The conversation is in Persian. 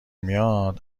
میاد